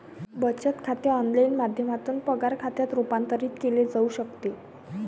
बचत खाते ऑनलाइन माध्यमातून पगार खात्यात रूपांतरित केले जाऊ शकते